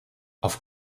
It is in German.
auf